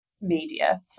media